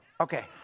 Okay